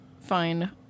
fine